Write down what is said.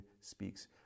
speaks